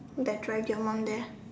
that drag your mom there